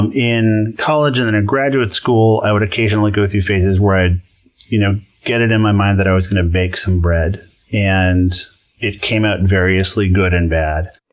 and in college and then and in graduate school, i would occasionally go through phases where i'd you know get it in my mind that i was going to bake some bread and it came out and variously good and bad.